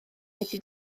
wedi